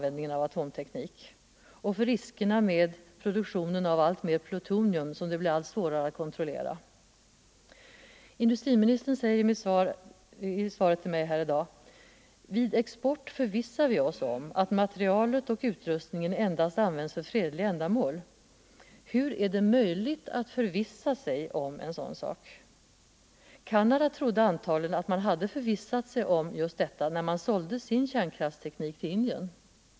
försäljningen av atomteknik och för riskerna med produktionen av alltmer plutonium = av svensk atomsom det blir allt svårare att kontrollera. kraftsteknik till Industriministern säger i svaret: ”Vid export förvissar vi oss om att = utlandet materialet och utrustningen endast används för fredliga ändamål.” Hur är det möjligt att förvissa sig om en sådan sak. I Canada trodde man antagligen att man hade förvissat sig om det när man sålde sin kärnkraftsteknik till Indien.